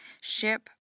ship